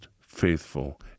faithful